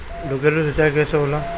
ढकेलु सिंचाई कैसे होला?